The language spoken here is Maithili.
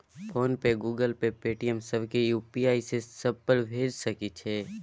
फोन पे, गूगल पे, पेटीएम, सब के यु.पी.आई से सब पर भेज सके छीयै?